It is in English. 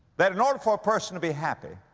that in order for a person to be happy,